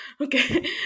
Okay